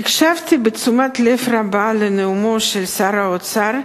הקשבתי בתשומת לב רבה לנאומו של שר האוצר,